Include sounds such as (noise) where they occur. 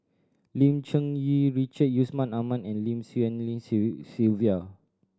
Lim Cherng Yih Richard Yusman Aman and Lim Swee Lian (unintelligible) Sylvia